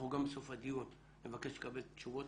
אנחנו גם בסוף הדיון נבקש לקבל תשובות